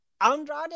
Andrade